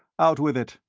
out with it.